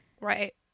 Right